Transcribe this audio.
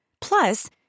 Plus